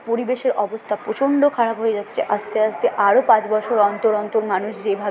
পরিবেশের অবস্থা প্রচণ্ড খারাপ হয়ে যাচ্ছে আস্তে আস্তে আরও পাঁচ বছর অন্তর অন্তর মানুষ যেভাবে